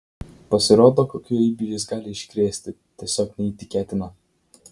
pasirodo kokių eibių jis gali iškrėsti tiesiog neįtikėtina